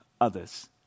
others